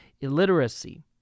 illiteracy